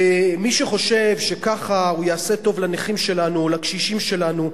ומי שחושב שככה הוא יעשה טוב לנכים שלנו ולקשישים שלנו,